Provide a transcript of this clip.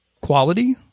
quality